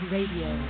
Radio